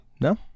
no